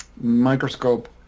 microscope